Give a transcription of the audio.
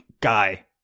Guy